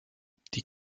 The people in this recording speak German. die